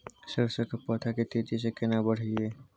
सरसो के पौधा के तेजी से केना बढईये?